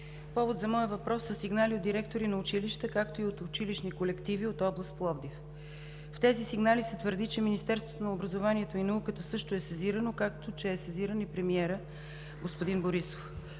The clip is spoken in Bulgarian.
Повод за моя въпрос са сигнали от директори на училища, както и от училищни колективи от област Пловдив. В тези сигнали се твърди, че Министерството на образованието и науката също е сезирано, както, че е сезиран и премиерът господин Борисов.